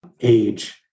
age